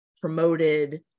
promoted